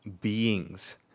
beings